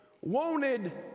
wanted